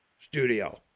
studio